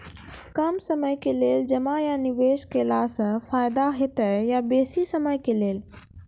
कम समय के लेल जमा या निवेश केलासॅ फायदा हेते या बेसी समय के लेल?